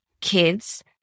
kids